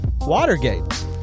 Watergate